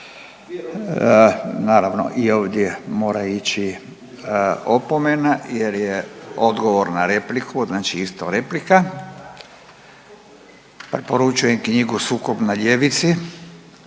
Naravno i ovdje mora ići opomena jer je odgovor na repliku, znači isto replika. Preporučujem knjigu „Sukob na ljevici“.